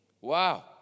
Wow